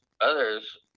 others